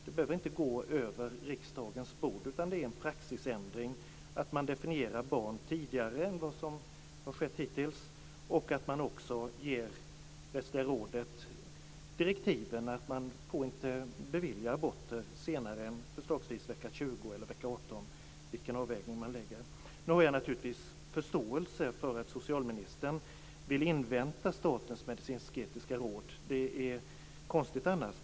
Det behöver inte gå över riksdagens bord, utan det är en praxisändring. Man definierar barn tidigare än vad som har skett hittills och ger också Rättsliga rådet direktiven att man inte får bevilja aborter senare än förslagsvis vecka 20 eller vecka 18, vilken avvägning man nu gör. Nu har jag naturligtvis förståelse för att socialministern vill invänta Statens medicinsk-etiska råd. Det vore konstigt annars.